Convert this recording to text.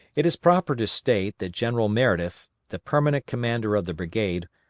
it is proper to state that general meredith, the permanent commander of the brigade,